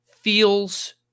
feels